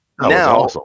now